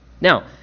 Now